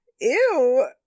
Ew